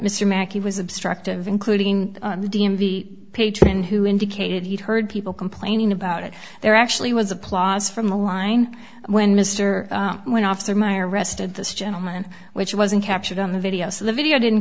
mr makki was obstructive including the d m v patron who indicated he'd heard people complaining about it there actually was applause from the line when mr when officer my arrested this gentleman which wasn't captured on the video so the video didn't